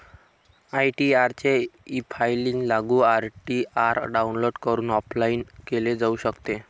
ITR चे e filing लागू ITR download करून ऑफलाइन केले जाऊ शकते